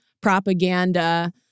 propaganda